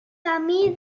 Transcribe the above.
camí